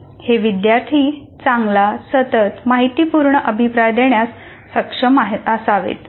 हे विद्यार्थी चांगला सतत माहितीपूर्ण अभिप्राय देण्यास सक्षम असावेत